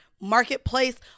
marketplace